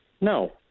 No